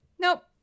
Nope